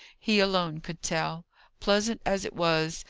he alone could tell pleasant as it was,